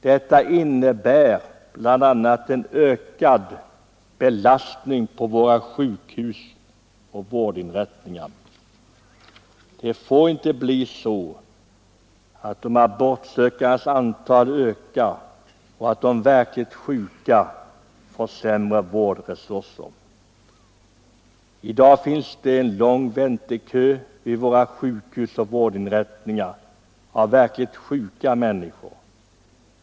Detta medför bl.a. en ökad belastning på sjukhus och vårdinrättningar. Det får inte bli så att de abortsökandes antal ökar och att de verkligt sjuka får sämre vård. I dag finns det en lång väntekö av verkligt sjuka människor vid våra sjukhus och vårdinrättningar.